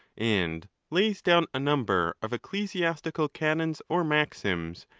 and lays down a number of ecclesiastical canons or maxims,